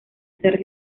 ser